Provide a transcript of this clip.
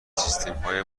سیستمهای